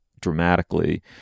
dramatically